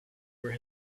where